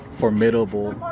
formidable